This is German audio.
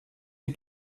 die